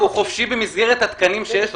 הוא חופשי במסגרת התקנים שיש לו,